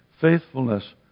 faithfulness